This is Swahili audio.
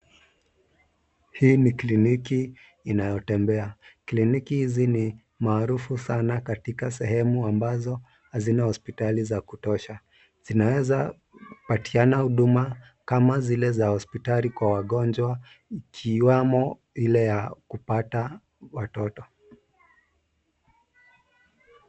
Hii ni kliniki inayotembea. Kliniki hizi ni maarufu sana katika sehemu ambazo hazina hospitali za kutosha. Inaweza patiana huduma kama zile za hospitali za wagonjwa ikiwemo ile ya kupata watoto.